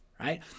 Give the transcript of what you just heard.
right